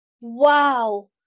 wow